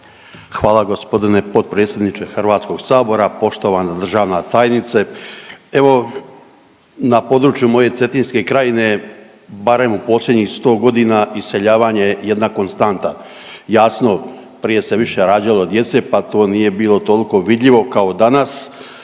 Hvala g. potpredsjedniče HS-a, poštovana državna tajnice. Evo, na području moje Cetinske krajine, barem u posljednjih 100 godina iseljavanje je jedna konstanta. Jasno, prije se više rađalo djece pa to nije bilo toliko vidljivo kao danas.